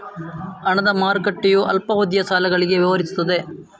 ಹಣದ ಮಾರುಕಟ್ಟೆಯು ಅಲ್ಪಾವಧಿಯ ಸಾಲಗಳಲ್ಲಿ ವ್ಯವಹರಿಸುತ್ತದೆ